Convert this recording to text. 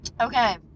Okay